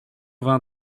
vingt